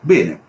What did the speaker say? Bene